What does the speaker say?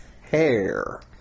hair